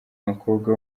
umukobwa